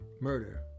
murder